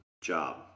job